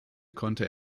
konnte